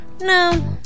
No